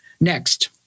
Next